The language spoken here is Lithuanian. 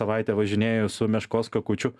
savaitę važinėju su meškos kakučiu